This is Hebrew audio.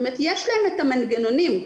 יש להם את המנגנונים,